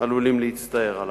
הם עלולים להצטער עליו.